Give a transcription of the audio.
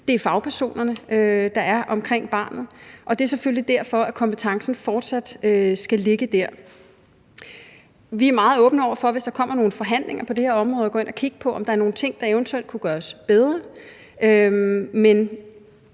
Det har fagpersonerne, der er omkring barnet. Det er selvfølgelig derfor, at kompetencen fortsat skal ligge der. Vi er meget åbne over for, hvis der kommer nogle forhandlinger på det her område, at gå ind og kigge på, om der er nogle ting, der eventuelt kunne gøres bedre, men